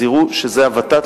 יראו שזה הות"ת,